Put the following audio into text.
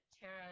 Tara